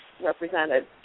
represented